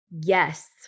Yes